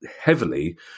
heavily